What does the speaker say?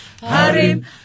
Harim